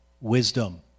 wisdom